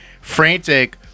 frantic